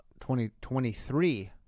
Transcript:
2023